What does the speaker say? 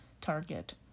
target